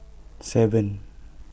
seven